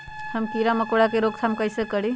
हम किरा मकोरा के रोक थाम कईसे करी?